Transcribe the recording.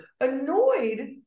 annoyed